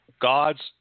God's